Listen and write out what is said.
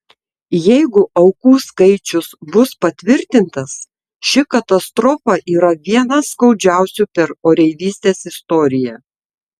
jeigu aukų skaičius bus patvirtintas ši katastrofa yra viena skaudžiausių per oreivystės istoriją